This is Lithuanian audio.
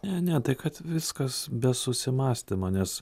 ne ne tai kad viskas be susimąstymo nes